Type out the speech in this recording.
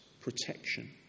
protection